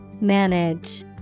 Manage